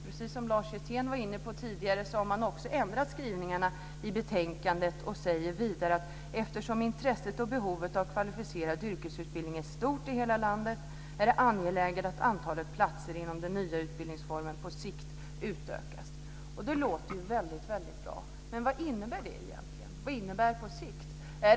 Precis som Lars Hjertén var inne på tidigare har man också ändrat skrivningarna i betänkandet och säger vidare: "Eftersom intresset och behovet av kvalificerad yrkesutbildning är stort i hela landet, är det angeläget att antalet platser inom den nya utbildningsformen på sikt utökas." Det låter ju väldigt bra, men vad innebär det egentligen? Vad innebär det på sikt?